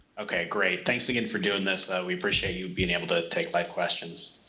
okay great, thanks again for doing this we appreciate you being able to take my questions.